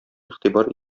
игътибар